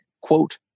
quote